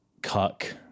Cuck